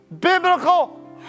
biblical